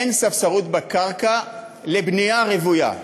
אין ספסרות בקרקע לבנייה רוויה.